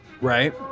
Right